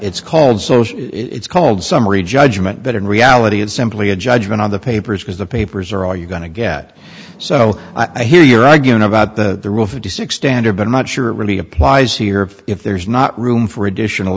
it's called so it's called summary judgment but in reality it's simply a judgment on the papers because the papers are all you going to get so i hear you're arguing about the rule fifty six standard but i'm not sure it really applies here if there's not room for additional